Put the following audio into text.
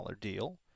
deal